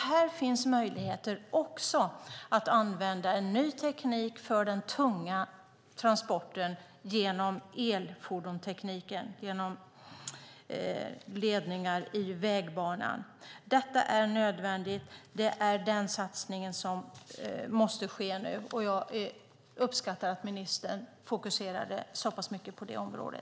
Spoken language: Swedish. Här finns också möjligheter att använda en ny teknik för de tunga transporterna, elfordonstekniken med ledningar i vägbanan. Detta är nödvändigt. Det är den satsning som måste ske nu. Jag uppskattar att ministern fokuserade så pass mycket på det området.